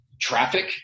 traffic